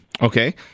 Okay